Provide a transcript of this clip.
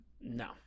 no